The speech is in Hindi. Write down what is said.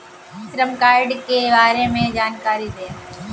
श्रम कार्ड के बारे में जानकारी दें?